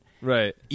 Right